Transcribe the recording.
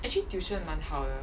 actually tuition 蛮好的